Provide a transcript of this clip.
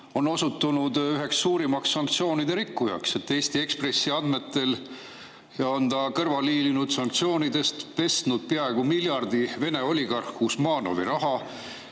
on osutunud üheks suurimaks sanktsioonide rikkujaks. Eesti Ekspressi andmetel on ta kõrvale hiilinud sanktsioonidest, pesnud peaaegu miljardi jagu Vene oligarhi Usmanovi raha.